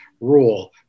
rule